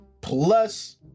plus